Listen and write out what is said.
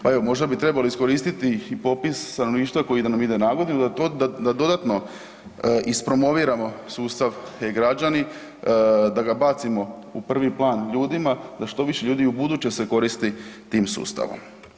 Pa evo, možda bi trebali i iskoristiti ih i popis stanovništva koji nam ide nagodinu da to, da dodatno ispromoviramo sustav e-Građani, da ga bacimo u prvi plan ljudima, da što više ljudi ubuduće se koristi tim sustavom.